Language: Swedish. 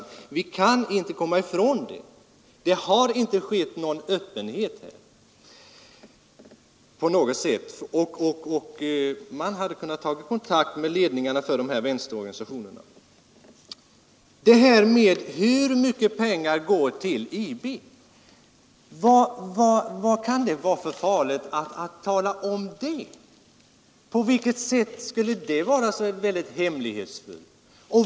Vi kan inte komma ifrån det. Det har inte varit någon som helst öppenhet här. Man hade kunnat ta kontakt med ledningen för vänsterorganisationerna. Vad kan det vara för farligt med att tala om hur mycket pengar som går till IB? På vilket sätt skulle det vara så hemligt?